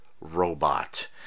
robot